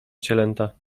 cielęta